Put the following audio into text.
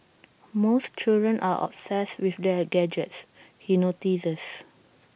most children are obsessed with their gadgets he notices